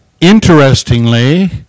Interestingly